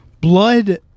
blood